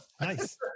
nice